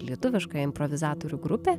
lietuviška improvizatorių grupė